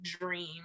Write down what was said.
dream